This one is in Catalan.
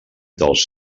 dels